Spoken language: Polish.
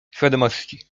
świadomości